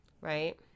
right